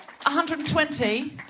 120